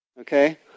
Okay